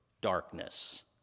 darkness